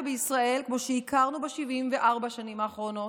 בישראל כמו שהכרנו ב-74 שנים האחרונות,